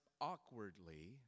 awkwardly